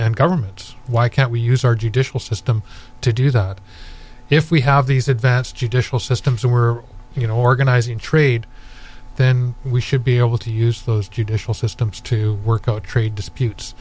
and governments why can't we use our judicial system to do that if we have these advanced judicial systems and we're you know organizing trade then we should be able to use those judicial systems to work a trade